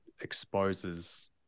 exposes